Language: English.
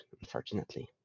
unfortunately